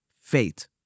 faith